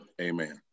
amen